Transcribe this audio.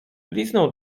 liznął